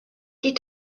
die